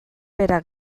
bera